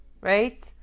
right